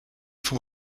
for